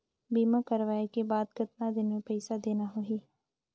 बीमा करवाओ के बाद कतना दिन मे पइसा देना हो ही?